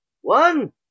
One